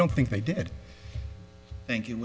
don't think they did thank you